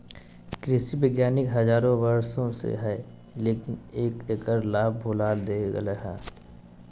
कृषि वानिकी हजारों वर्षों से हइ, लेकिन एकर लाभ भुला देल गेलय हें